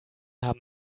haben